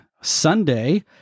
Sunday